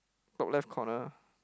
top left corner